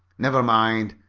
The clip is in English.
never mind,